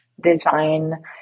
design